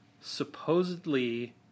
supposedly